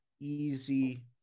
easy